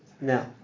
Now